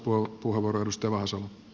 arvoisa puhemies